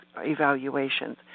evaluations